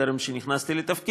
טרם כניסתי לתפקיד,